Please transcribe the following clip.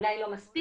אולי לא מספיק,